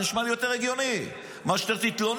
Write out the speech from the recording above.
זה נשמע לי יותר הגיוני מאשר שתתלונן.